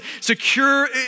secure